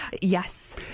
yes